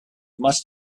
must